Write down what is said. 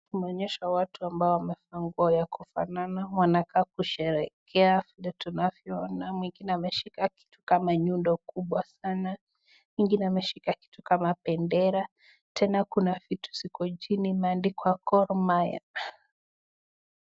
Inaonesha watu ambao wamevaa nguu za kufanana . wanakaa kusherekea , tunavyo ona, mwingine ameshika kitu kama nyundo kubwa sana mwingenlne ameshika kitu kama bendere tena kuna vitu ziko chini imeandikwa kitu kama Gor Mahia.